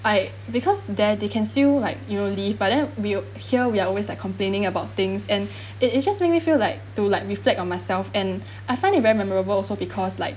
I because there they can still like you know live but then we here we are always like complaining about things and it it just makes me feel like to like reflect on myself and I find it very memorable also because like